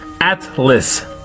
Atlas